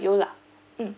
lah mm